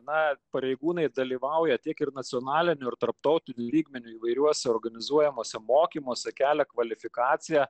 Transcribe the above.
na pareigūnai dalyvauja tiek ir nacionaliniu ir tarptautiniu lygmeniu įvairiuose organizuojamuose mokymuose kelia kvalifikaciją